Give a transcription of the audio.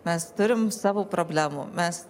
mes turim savo problemų mes